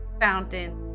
Fountain